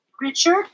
Richard